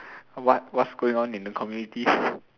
what what's going on in the community